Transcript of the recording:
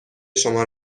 شما